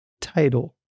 title